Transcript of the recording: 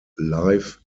life